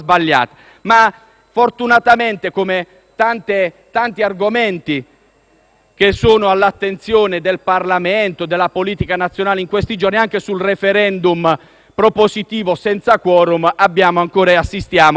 argomenti all'attenzione del Parlamento e della politica nazionale in questi giorni, anche sul *referendum* propositivo senza *quorum* assistiamo a un Governo con due forze politiche che se la dicono e se la danno di santa ragione.